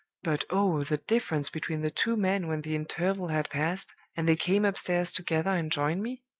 but oh, the difference between the two men when the interval had passed, and they came upstairs together and joined me.